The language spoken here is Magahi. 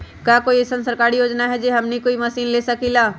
का कोई अइसन सरकारी योजना है जै से हमनी कोई मशीन ले सकीं ला?